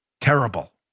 terrible